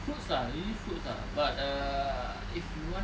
fruits lah I eat fruits lah but uh if you want it